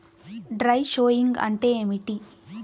Dry sowing అంటే ఏమిటి?